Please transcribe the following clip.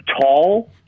tall